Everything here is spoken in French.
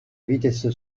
vitesse